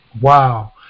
Wow